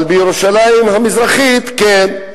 אבל בירושלים המזרחית, כן.